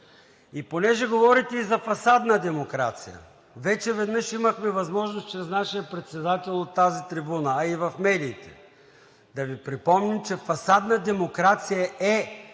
И понеже говорите за фасадна демокрация, вече веднъж имахме възможност чрез нашия председател от тази трибуна, а и в медиите, да Ви припомним, че фасадна демокрация е,